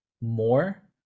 more